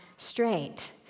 Straight